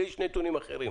לי יש נתונים אחרים.